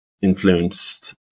influenced